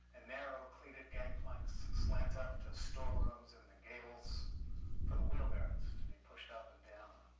and narrow gang planks slant up to storerooms in the gables for the wheelbarrows to be pushed up and down